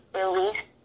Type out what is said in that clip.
release